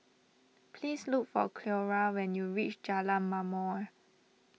please look for Cleora when you reach Jalan Ma'mor